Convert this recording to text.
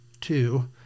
two